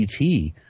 ET